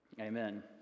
Amen